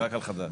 רק על חדש.